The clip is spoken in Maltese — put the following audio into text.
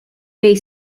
bejn